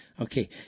Okay